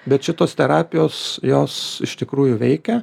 bet šitos terapijos jos iš tikrųjų veikia